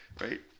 right